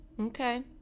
Okay